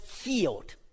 healed